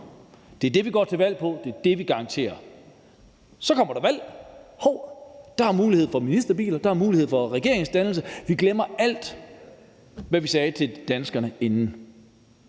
det er det, vi går til valg på, det er det, vi garanterer. Så kommer der valg, og hov, så er der mulighed for ministerbiler, der er mulighed for regeringsdannelse, og så glemmer man alt, hvad man sagde til danskerne inden.